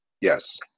Yes